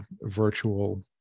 virtual